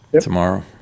tomorrow